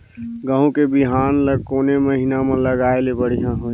गहूं के बिहान ल कोने महीना म लगाय ले बढ़िया होही?